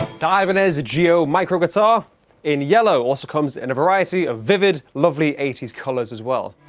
and ibanez gio mikro guitar in yellow also comes in a variety of vivid lovely eighty s colors as well.